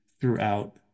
throughout